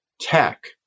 tech